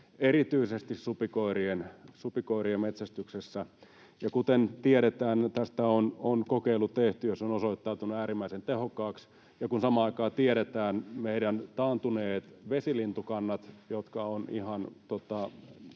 erityisesti supikoirien metsästyksessä. Kuten tiedetään, tästä on kokeilu tehty ja se on osoittautunut äärimmäisen tehokkaaksi, ja kun samaan aikaan tiedetään meidän taantuneet vesilintukannat, jotka ovat ihan